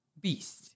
beast